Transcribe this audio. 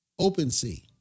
OpenSea